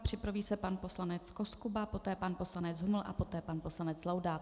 Připraví se pan poslanec Koskuba, poté pan poslanec Huml a poté pan poslanec Laudát.